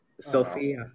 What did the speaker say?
Sophia